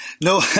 no